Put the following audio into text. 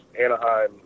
Anaheim